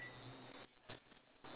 <S